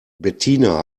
bettina